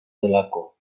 delako